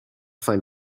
find